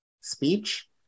speech